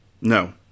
No